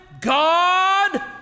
god